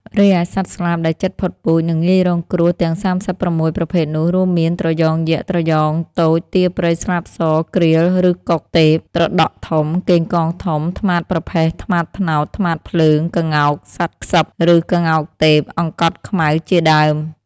រីឯសត្វស្លាបដែលជិតផុតពូជ និងងាយរងគ្រោះទាំង ៣៦ ប្រភេទនោះ រួមមាន ត្រយងយក្ស ត្រយងតូច ទាព្រៃស្លាបស ក្រៀល ឬកុកទេព ត្រដក់ធំ កេងកងធំ ត្មាតប្រផេះ ត្មោតត្នោត ត្មាតភ្លើង ក្ងោក សត្វក្សឹប ឬក្ងោកទេព អង្កត់ខ្មៅជាដើម។